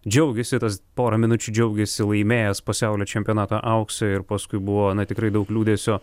džiaugėsi tas porą minučių džiaugėsi laimėjęs pasaulio čempionato auksą ir paskui buvo tikrai daug liūdesio